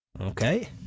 Okay